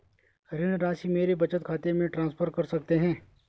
ऋण राशि मेरे बचत खाते में ट्रांसफर कर सकते हैं?